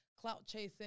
clout-chasing